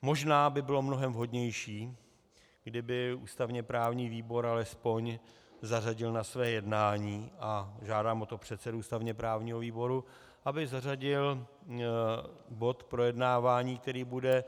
Možná by bylo mnohem vhodnější, kdyby ústavněprávní výbor alespoň zařadil na své jednání a žádám o tom předsedu ústavněprávního výboru, aby zařadil bod projednávání, který bude